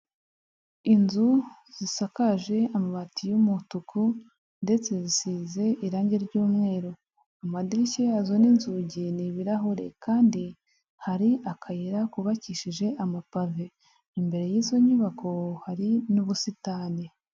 Inzu zisakaje amabati y'umutuku ndetse zisize irangi ry'umweru, amadirishya yazo n'inzugi ni ibirahure, kandi hari akayira kubabakishije amapave, imbere y'izo nyubako hari n'ubusitani.